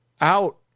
out